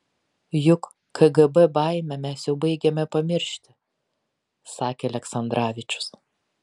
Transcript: juk kgb baimę mes jau baigiame pamiršti sakė aleksandravičius